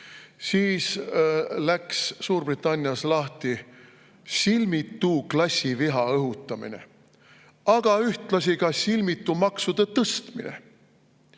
siis läks Suurbritannias lahti silmitu klassiviha õhutamine, aga ühtlasi ka silmitu maksude tõstmine.